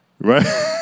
Right